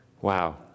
Wow